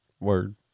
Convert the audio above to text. Word